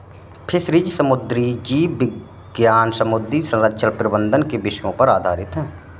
fisheries समुद्री जीव विज्ञान समुद्री संरक्षण प्रबंधन के विषयों पर आधारित है